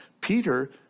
Peter